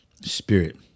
Spirit